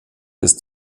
ist